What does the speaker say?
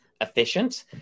efficient